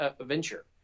venture